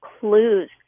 clues